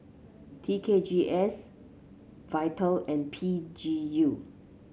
T K G S Vital and P G U